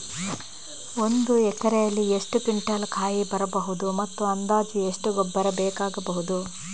ಒಂದು ಎಕರೆಯಲ್ಲಿ ಎಷ್ಟು ಕ್ವಿಂಟಾಲ್ ಕಾಯಿ ಬರಬಹುದು ಮತ್ತು ಅಂದಾಜು ಎಷ್ಟು ಗೊಬ್ಬರ ಬೇಕಾಗಬಹುದು?